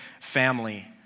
family